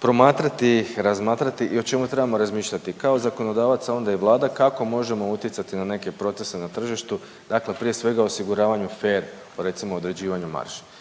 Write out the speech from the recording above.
promatrati, razmatrati i o čemu trebamo razmišljati, kao zakonodavac, a onda i Vlada, kako možemo utjecati na neke procese na tržištu, dakle prije svega osiguravanjem fer, recimo, određivanju marže